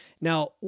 Now